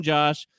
Josh